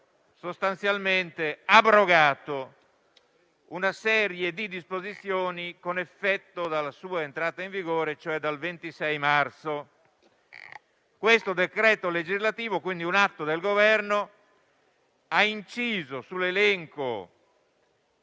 sostanzialmente abrogato una serie di disposizioni con effetto dalla sua entrata in vigore, cioè dal 26 marzo. Questo decreto legislativo (quindi un atto del Governo) ha inciso sull'elenco